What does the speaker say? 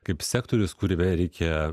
kaip sektorius kuriame reikia